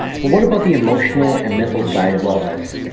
but what about the emotional and mental side of wellness.